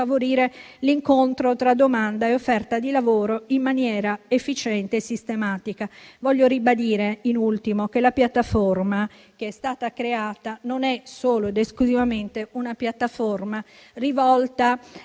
l'incontro tra domanda e offerta di lavoro in maniera efficiente e sistematica. Voglio ribadire, in ultimo, che la piattaforma che è stata creata non è solo ed esclusivamente rivolta a